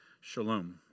Shalom